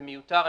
זה מיותר.